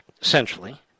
essentially